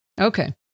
Okay